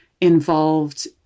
involved